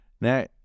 Now